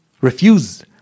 refuse